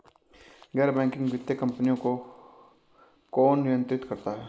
गैर बैंकिंग वित्तीय कंपनियों को कौन नियंत्रित करता है?